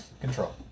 Control